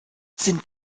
sind